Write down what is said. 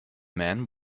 man